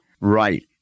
Right